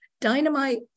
dynamite